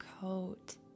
coat